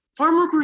Farmworkers